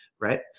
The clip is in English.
right